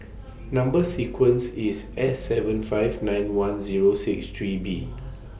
Number sequence IS S seven five nine one Zero six three B